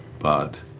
but